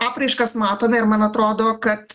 apraiškas matome ir man atrodo kad